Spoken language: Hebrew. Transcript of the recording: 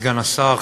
אדוני סגן השר,